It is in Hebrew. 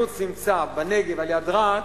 הקיבוץ נמצא בנגב, ליד רהט.